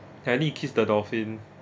kissed the dolphin